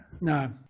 No